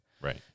Right